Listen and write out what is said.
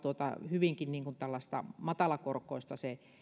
hyvinkin tällaista matalakorkoista